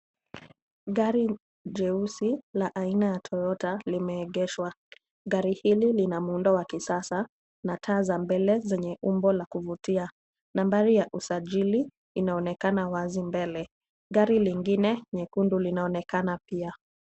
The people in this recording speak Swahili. Gari jeusi la aina ya Toyota limeegeshwa. Fari hili lina muundo wa kisasa na taa za mbele zenye umbo la kuvutia. Nambari ya usajili inaonekana wazi mbele. Gari lingine nyekundu linaonekana pia.